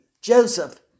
Joseph